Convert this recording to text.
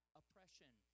oppression